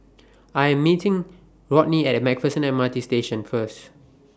I Am meeting Rodney At MacPherson M R T Station First